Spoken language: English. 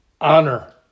honor